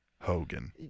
Hogan